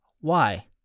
Why